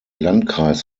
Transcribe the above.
landkreis